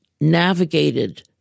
navigated